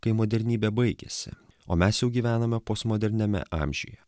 kai modernybė baigėsi o mes jau gyvename postmoderniame amžiuje